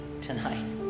tonight